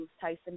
Tyson